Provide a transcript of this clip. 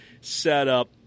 setup